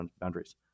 boundaries